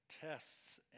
tests